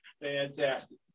fantastic